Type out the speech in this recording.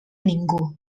ningú